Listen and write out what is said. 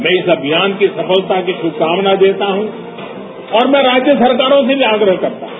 मैं इस अभियान की सफलता की शुभकामना देता हूं और मैं राज्य सरकारों से भी आग्रह करता हूं